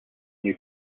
new